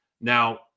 Now